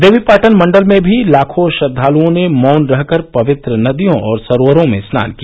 देवीपाटन मंडल में भी लाखों श्रद्वालुओं ने मौन रह कर पवित्र नदियों और सरोवरों में स्नान किया